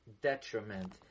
detriment